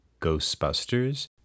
Ghostbusters